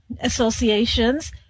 associations